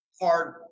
hard